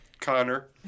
Connor